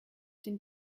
den